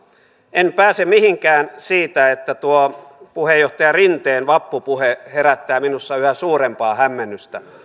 en pääse mihinkään siitä että tuo puheenjohtaja rinteen vappupuhe herättää minussa yhä suurempaa hämmennystä